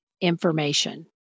information